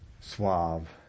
suave